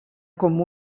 com